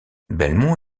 belmont